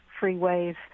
freeways